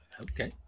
Okay